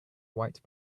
white